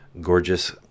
gorgeous